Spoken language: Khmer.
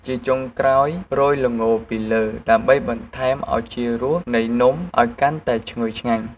ជាចុងក្រោយ រោយល្ងពីលើ ដើម្បីបន្ថែមឱជារសនៃនំឱ្យកាន់តែឈ្ងុយឆ្ងាញ់។